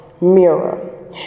mirror